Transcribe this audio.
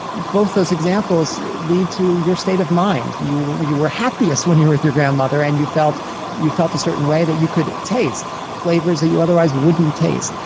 both those examples lead to your state of mind. you you were happiest when you were with your grandmother and you felt you felt a certain way that you could taste flavors that you otherwise wouldn't taste.